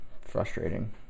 frustrating